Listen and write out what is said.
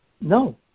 No